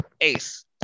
Ace